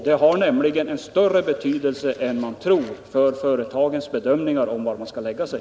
Det har nämligen stor betydelse för företagens bedömningar av var de skall lokalisera sig.